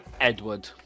Edward